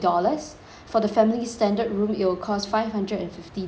for the family standard room it will cost five hundred and fifty dollars